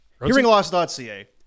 hearingloss.ca